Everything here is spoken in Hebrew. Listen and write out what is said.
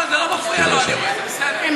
לא, אני לא מפריע לו, אדוני.